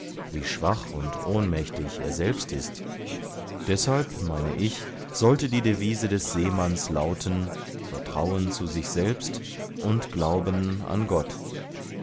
wie schwach und ohnmächtig er selbst ist deshalb meine ich sollte die devise des seemanns lauten vertrauen zu sich selbst und glauben an gott